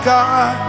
God